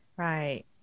Right